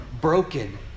broken